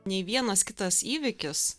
nei vienas kitas įvykis